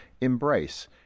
embrace